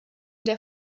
der